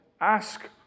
Ask